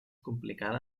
complicada